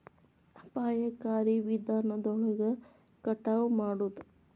ಅಪಾಯಕಾರಿ ವಿಧಾನದೊಳಗ ಕಟಾವ ಮಾಡುದ